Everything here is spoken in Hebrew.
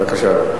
בבקשה.